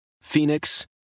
Phoenix